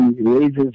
raises